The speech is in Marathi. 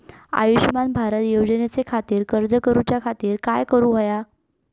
आयुष्यमान भारत योजने खातिर अर्ज करूच्या खातिर काय करुक होया?